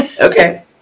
Okay